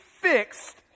fixed